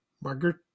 margaret